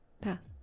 Pass